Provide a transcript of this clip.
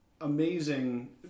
amazing